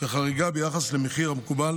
וחריגה ביחס למחיר המקובל